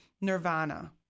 Nirvana